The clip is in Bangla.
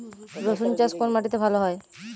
রুসুন চাষ কোন মাটিতে ভালো হয়?